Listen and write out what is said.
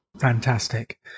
Fantastic